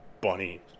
bunny